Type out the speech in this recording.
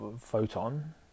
photon